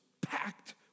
packed